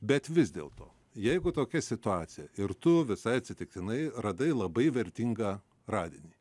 bet vis dėlto jeigu tokia situacija ir tu visai atsitiktinai radai labai vertingą radinį